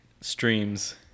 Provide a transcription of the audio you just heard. Streams